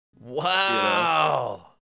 wow